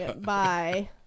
Bye